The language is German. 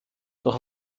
doch